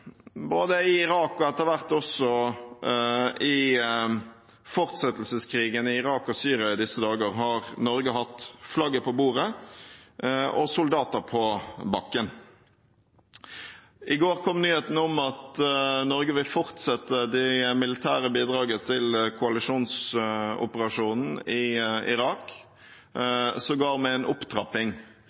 både i Irak og etter hvert også i fortsettelseskrigen i Irak og Syria i disse dager, har Norge hatt flagget på bordet og soldater på bakken. I går kom nyheten om at Norge vil fortsette det militære bidraget til koalisjonsoperasjonen i Irak, sågar med en opptrapping.